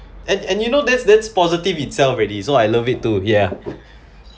and and you know that's that positive itself already so I love it too ya